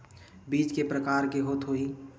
बीज के प्रकार के होत होही?